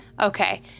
Okay